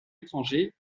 étrangers